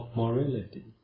morality